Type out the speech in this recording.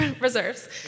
Reserves